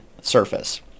surface